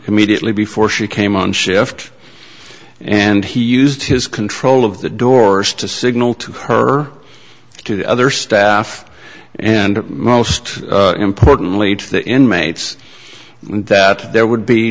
immediately before she came on shift and he used his control of the doors to signal to her to the other staff and most importantly to the inmates that there would be